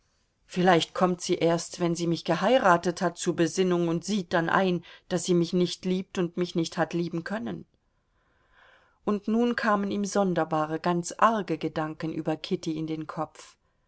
vielleicht kommt sie erst wenn sie mich geheiratet hat zur besinnung und sieht dann ein daß sie mich nicht liebt und mich nicht hat lieben können und nun kamen ihm sonderbare ganz arge gedanken über kitty in den kopf